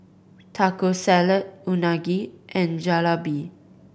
Taco Salad Unagi and Jalebi